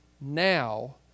now